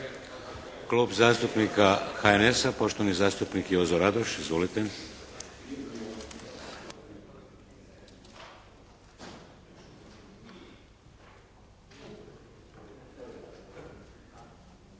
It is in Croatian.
Klub zastupnika HSP-a., poštovani zastupnik Pero Kovačević. Izvolite.